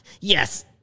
Yes